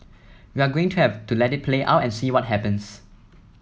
we're going to have to let it play out and see what happens